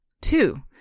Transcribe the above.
Two